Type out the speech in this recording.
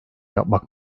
yapmak